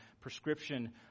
Prescription